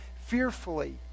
fearfully